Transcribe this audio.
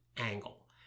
angle